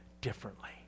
differently